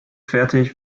fertig